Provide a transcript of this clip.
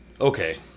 Okay